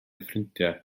ffrindiau